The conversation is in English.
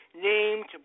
named